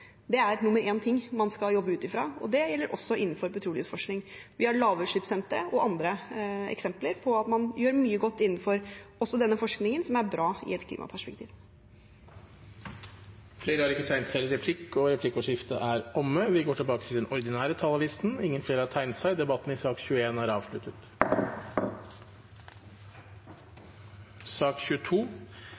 ting man skal jobbe ut ifra, og det gjelder også innenfor petroleumsforskning. Vi har lavutslippssenteret og andre eksempler på at man gjør mye godt også innenfor denne forskningen som er bra i et klimaperspektiv. Replikkordskiftet er omme. Flere har ikke bedt om ordet til sak nr. 21. Etter ønske fra energi- og miljøkomiteen vil presidenten ordne debatten slik: 3 minutter til hver partigruppe og